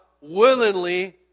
willingly